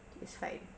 it's fine